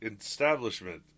establishment